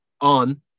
on